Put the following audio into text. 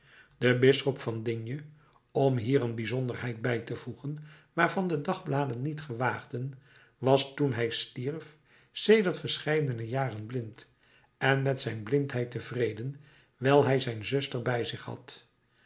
de bisschop van d om hier een bijzonderheid bij te voegen waarvan de dagbladen niet gewaagden was toen hij stierf sedert verscheidene jaren blind en met zijn blindheid tevreden wijl hij zijn zuster bij zich had